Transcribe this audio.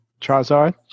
Charizard